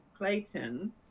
Clayton